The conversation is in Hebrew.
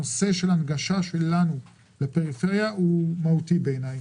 הנושא של הנגשה שלנו לפריפריה הוא מהותי בעיני.